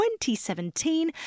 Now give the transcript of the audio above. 2017